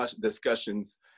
discussions